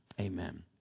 Amen